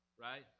Right